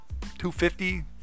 250